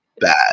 bad